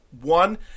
one